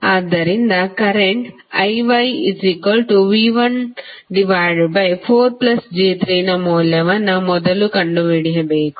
ಆದ್ದರಿಂದ current IYV14j3 ನ ಮೌಲ್ಯವನ್ನು ಮೊದಲು ಕಂಡುಹಿಡಿಯಬೇಕು